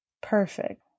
Perfect